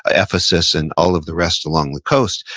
ephesus and all of the rest along the coast,